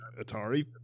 atari